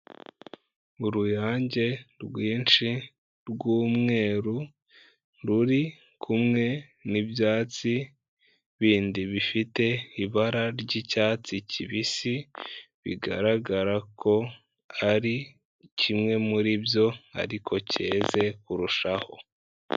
Uruyange rwinshi rw'umweru ruri kumwe n'ibyatsi bindi bifite ibara ry'icyatsi kibisi, bigaragara ko ari kimwe muri byo ariko cyeze kurushaho.